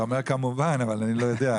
אתה אומר "כמובן", אבל אני לא יודע.